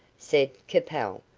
said capel.